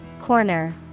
Corner